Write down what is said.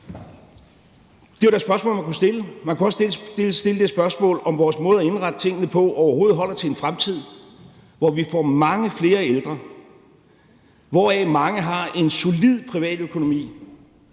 Det var da spørgsmål, man kunne stille. Man kunne også stille det spørgsmål, om vores måde at indrette tingene på overhovedet holder til en fremtid, hvor vi får mange flere ældre, hvoraf mange har en solid privatøkonomi